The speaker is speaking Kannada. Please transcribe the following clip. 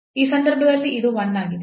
ಈ ಸಂದರ್ಭದಲ್ಲಿ ಇದು 1 ಆಗಿದೆ